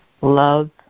love